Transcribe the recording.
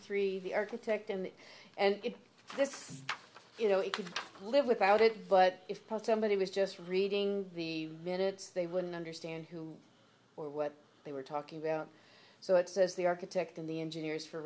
three the architect in and this you know he could live without it but if he was just reading the minutes they wouldn't understand who or what they were talking about so it says the architect and the engineers for